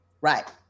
right